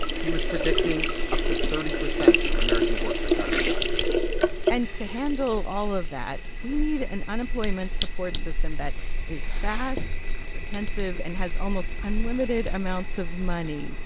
he was predicting up to thirty percent of american workers out of a job and to handle all of that, we need an unemployment support system that is fast, comprehensive and has almost unlimited amounts of money,